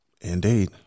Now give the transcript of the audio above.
Indeed